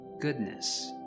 goodness